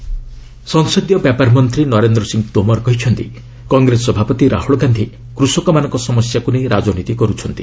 ତୋମାର ରାହୁଲ ସଂସଦୀୟ ବ୍ୟାପାର ମନ୍ତ୍ରୀ ନରେନ୍ଦ୍ର ସିଂ ତୋମାର କହିଛନ୍ତି କଂଗ୍ରେସ ସଭାପତି ରାହୁଳ ଗାନ୍ଧୀ କୃଷକମାନଙ୍କ ସମସ୍ୟାକୁ ନେଇ ରାଜନୀତି କରୁଛନ୍ତି